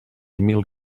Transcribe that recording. mil